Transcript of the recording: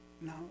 No